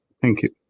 thank you.